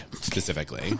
Specifically